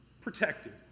Protected